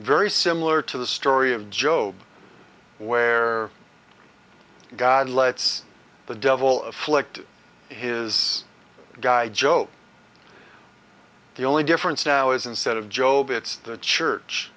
very similar to the story of job where god lets the devil of flicked his guy joke the only difference now is instead of job it's the church